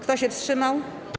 Kto się wstrzymał?